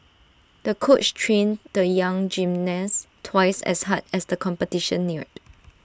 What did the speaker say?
the coach trained the young gymnast twice as hard as the competition neared